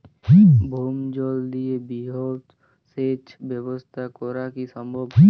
ভৌমজল দিয়ে বৃহৎ সেচ ব্যবস্থা করা কি সম্ভব?